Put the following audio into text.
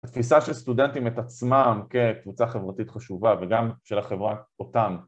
תפיסה של סטודנטים את עצמם כקבוצה חברתית חשובה וגם של החברה אותם